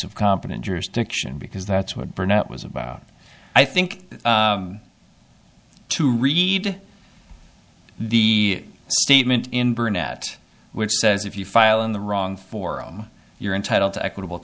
competent jurisdiction because that's what burnett was about i think to read the statement in burnett which says if you file in the wrong forum you're entitled to equitable